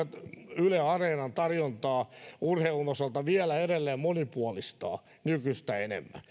yle areenan tarjontaa urheilun osalta vielä edelleen monipuolistaa nykyistä enemmän